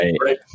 Right